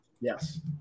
Yes